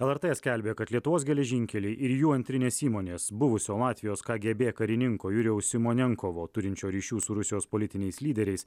lrt skelbė kad lietuvos geležinkeliai ir jų antrinės įmonės buvusio latvijos kgb karininko jurijaus simonenkovo turinčio ryšių su rusijos politiniais lyderiais